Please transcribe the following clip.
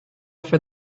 for